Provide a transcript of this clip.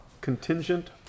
Contingent